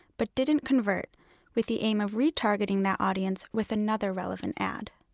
but didn't convert with the aim of retargeting that audience with another relevant ad.